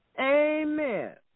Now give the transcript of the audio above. Amen